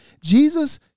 Jesus